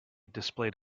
displayed